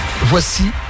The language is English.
Voici